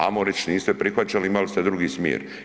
Amo reć niste prihvaćali imali ste drugi smjer.